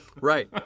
Right